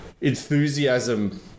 enthusiasm